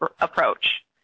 approach